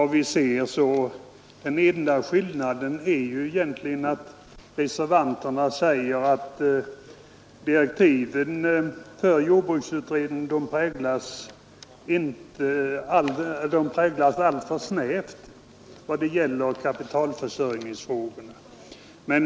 Den enda skillnaden är ju egentligen att reservanterna anser att direktiven för jordbruksutredningen är alldeles för snäva vad gäller kapitalförsörjningsfrågorna.